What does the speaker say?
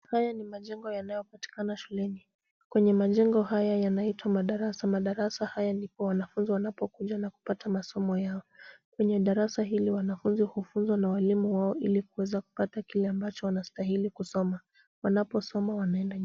Haya ni majengo yanayopatikana shuleni, kwenye majengo haya yanaitwa madarasa, madarasa haya ndipo wanafunzi wanapokuja na kupata masomo yao. Kwenye darasa hili wanafunzi hufunzwa na walimu wao ili kuweza kupata kile ambacho wanastahili kusoma, wanaposoma wameenda nyumbani.